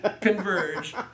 converge